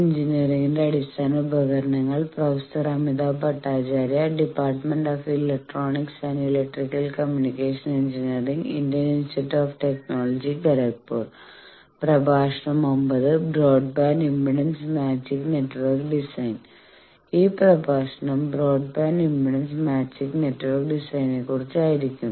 ഈ പ്രഭാഷണം broadband impedance matching network ഡിസൈനിനെക്കുറിച്ചായിരിക്കും